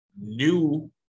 new